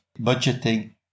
budgeting